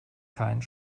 keinen